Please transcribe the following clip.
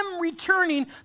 returning